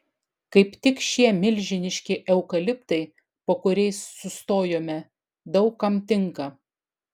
kaip tik šie milžiniški eukaliptai po kuriais sustojome daug kam tinka